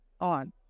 On